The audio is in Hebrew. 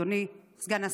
אדוני סגן השר,